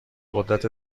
قدرت